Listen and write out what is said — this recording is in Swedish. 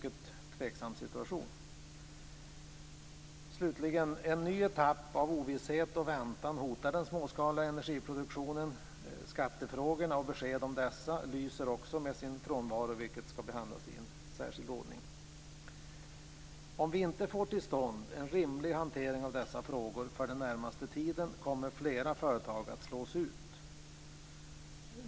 Slutligen kan jag konstatera att en ny etapp av ovisshet och väntan hotar den småskaliga energiproduktionen. Skattefrågorna och besked om dessa lyser med sin frånvaro. Detta ska behandlas i en särskild ordning. Om vi inte får till stånd en rimlig hantering av dessa frågor för den närmaste tiden kommer flera företag att slås ut.